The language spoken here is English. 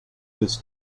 this